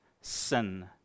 sin